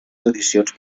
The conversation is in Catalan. tradicions